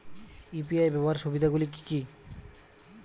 UPI ব্যাবহার সুবিধাগুলি কি কি?